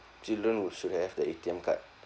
children will should have the A_T_M card